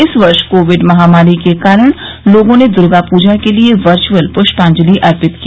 इस वर्ष कोविड महामारी के कारण लोगों ने दुर्गापूजा के लिए वर्चुअल पुष्पांजलि अर्पित की